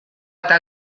eta